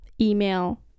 email